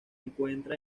encuentra